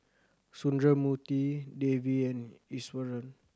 Sundramoorthy Devi and Iswaran